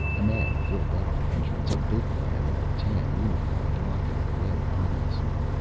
a man filled up the entrance, a big man in a tan uniform, blocking the way ominously.